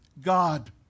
God